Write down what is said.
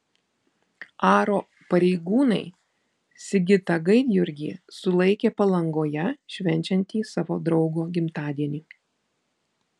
aro pareigūnai sigitą gaidjurgį sulaikė palangoje švenčiantį savo draugo gimtadienį